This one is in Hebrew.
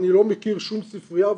אני לא מכיר שום ספרייה,